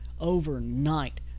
overnight